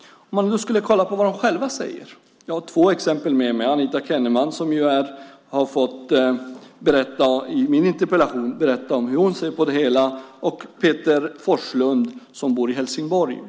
Man skulle kunna kolla vad de själva säger, och jag har då två exempel. Det är Anita Kenneman, som i min interpellation har fått berätta om hur hon ser på det hela, och Peter Forslund som bor i Helsingborg.